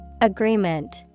Agreement